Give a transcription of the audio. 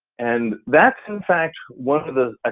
and that's in fact, one of the, ah